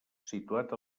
situat